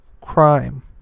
crime